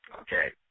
okay